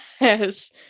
yes